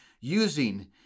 using